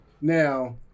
now